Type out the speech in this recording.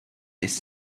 this